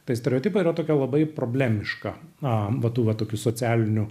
tai stereotipai yra tokia labai problemiška a va tų va tokių socialinių